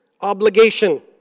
obligation